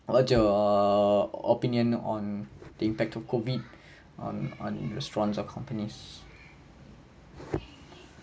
what's your opinion on the impact of COVID on on restaurants or companies